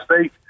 State